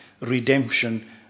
Redemption